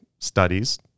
studies